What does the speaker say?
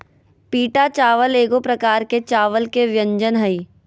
पीटा चावल एगो प्रकार के चावल के व्यंजन हइ